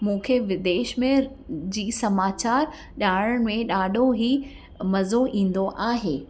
मूंखे विदेश में जी समाचार ॼाण में ॾाढो ई मज़ो ईंदो आहे